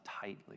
tightly